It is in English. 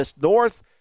North